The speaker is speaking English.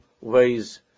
ways